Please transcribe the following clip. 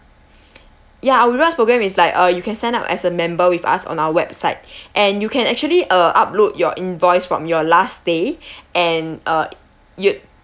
ya our rewards program is like uh you can sign up as a member with us on our website and you can actually uh upload your invoice from your last stay and uh you